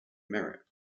merit